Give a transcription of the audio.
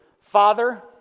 Father